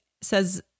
says